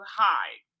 hide